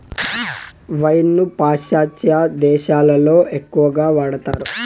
wine ను పాశ్చాత్య దేశాలలో ఎక్కువగా వాడతారు